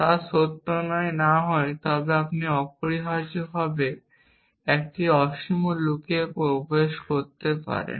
তা সত্য না হয় তবে এটি অপরিহার্যভাবে একটি অসীম লুপে প্রবেশ করতে পারে